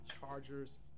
Chargers